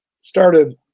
started